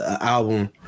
album